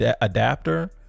adapter